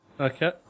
Okay